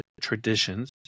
traditions